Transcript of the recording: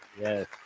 yes